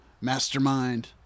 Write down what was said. mastermind